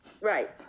Right